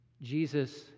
Jesus